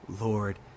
Lord